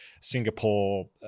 Singapore